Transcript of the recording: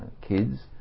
kids